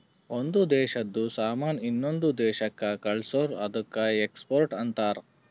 ಒಂದ್ ದೇಶಾದು ಸಾಮಾನ್ ಇನ್ನೊಂದು ದೇಶಾಕ್ಕ ಕಳ್ಸುರ್ ಅದ್ದುಕ ಎಕ್ಸ್ಪೋರ್ಟ್ ಅಂತಾರ್